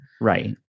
Right